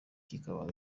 bikaba